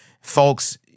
Folks